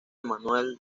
manuel